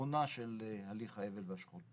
נכונה של הליך האבל והשכול.